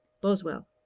Boswell